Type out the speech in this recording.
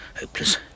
hopeless